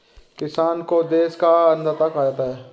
किसान को देश का अन्नदाता कहा जाता है